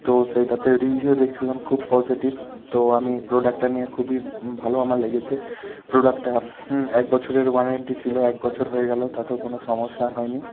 তো সেইটাতে রিভিউ দেখছিলাম খুব পজিটিভ তো আমি প্রোডাক্টটা নিয়ে খুবই ভালো আমার লেগেছে প্রোডাক্টটা এক বছরের ওয়ারেন্টি ছিল এক বছর হয়ে গেল তাতেও কোনো সমস্যা হয়নি